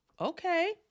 okay